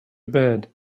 bed